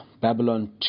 Babylon